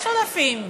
יש עודפים.